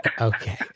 Okay